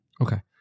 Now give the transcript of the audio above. Okay